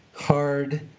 hard